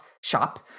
shop